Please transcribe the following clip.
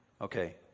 Okay